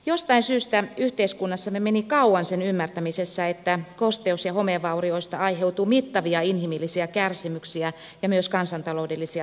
jostain syystä yhteiskunnassamme meni kauan sen ymmärtämisessä että kosteus ja homevaurioista aiheutuu mittavia inhimillisiä kärsimyksiä ja myös kansantaloudellisia tappioita